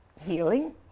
healing